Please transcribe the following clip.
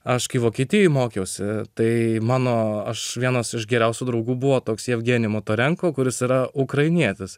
aš kai vokietijoje mokiausi tai mano aš vienas iš geriausių draugų buvo toks jevgenij motorenko kuris yra ukrainietis